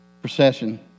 procession